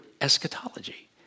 eschatology